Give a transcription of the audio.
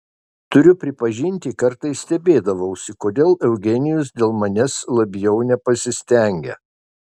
turiu pripažinti kartais stebėdavausi kodėl eugenijus dėl manęs labiau nepasistengia